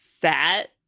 set